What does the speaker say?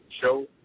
show